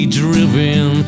driven